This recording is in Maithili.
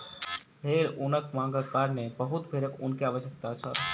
भेड़ ऊनक मांग के कारण बहुत भेड़क ऊन के आवश्यकता छल